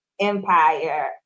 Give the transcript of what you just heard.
empire